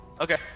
Okay